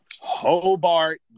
Hobart